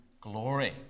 glory